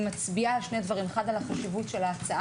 שמצביעה על שני דברים: אחד על חשיבות ההצעה